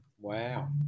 Wow